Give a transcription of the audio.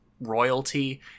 royalty